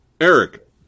Eric